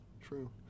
true